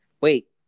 Wait